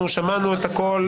שמענו את הכול.